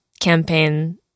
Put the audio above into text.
campaign